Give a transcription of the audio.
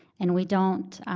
and we don't